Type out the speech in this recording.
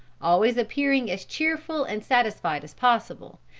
always appearing as cheerful and satisfied as possible,